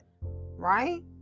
right